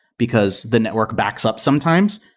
because the network backs up sometimes,